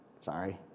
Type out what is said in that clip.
Sorry